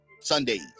Sundays